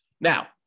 now